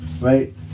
right